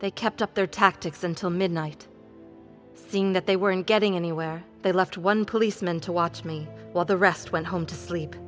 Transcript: they kept up their tactics until midnight seeing that they weren't getting anywhere they left one policeman to watch me while the rest went home to sleep